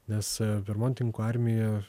nes bermontininkų armija